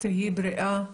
תהיי בריאה.